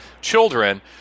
children